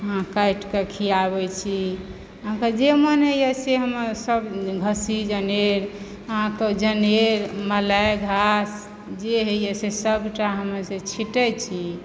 अहाँ काटिकऽ खियाबै छी अहाँक जे मोन होइए से हमसभ घस्सी जनेर अहाँक जनेर मलाइ घास जे होइए से सभटा हम जे छै छींटैत छी